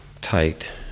tight